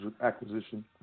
acquisition